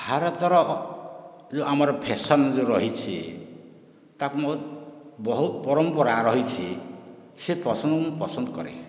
ଭାରତର ଯେଉଁ ଆମର ଫ୍ୟାସନ୍ ଯେଉଁ ରହିଛି ତାକୁ ମୁଁ ବହୁତ ପରମ୍ପରା ରହିଛି ସେ ପସନ୍ଦକୁ ମୁଁ ପସନ୍ଦ କରେ